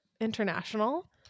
international